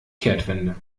kehrtwende